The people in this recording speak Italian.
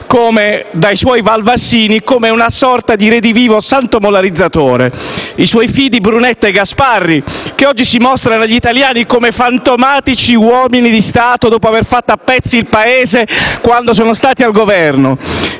dai suoi valvassini come una sorta di redivivo santo moralizzatore: i suoi fidi Brunetta e Gasparri oggi si mostrano agli italiani come fantomatici uomini di Stato, dopo aver fatto a pezzi il Paese quando sono stati al Governo.